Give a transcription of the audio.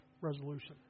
resolution